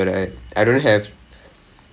!oof! mm